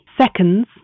seconds